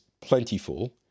plentiful